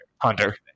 Hunter